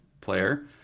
player